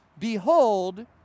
behold